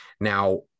Now